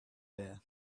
here